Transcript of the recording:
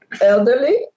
elderly